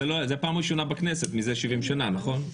זו פעם ראשונה בכנסת מזה 70 שנה, נכון?